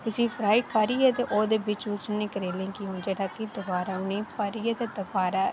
उसी फ्राई करियै ते ओह्दे बिच करेले गी दोबारै उ'नेंगी भरियै ते